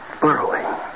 Burrowing